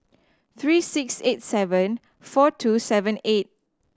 three six eight seven four two seven eight